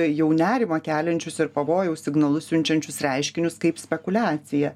jau nerimą keliančius ir pavojaus signalus siunčiančius reiškinius kaip spekuliacija